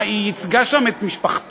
מה, היא ייצגה שם את משפחתה?